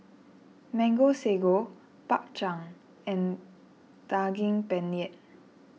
Mango Sago Bak Chang and Daging Penyet